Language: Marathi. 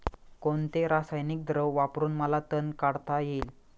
कोणते रासायनिक द्रव वापरून मला तण काढता येईल?